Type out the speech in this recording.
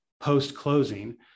post-closing